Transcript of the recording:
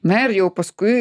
na ir jau paskui